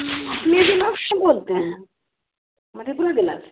P block से बोलते हैं मधेपुरा जिला से